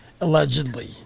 Allegedly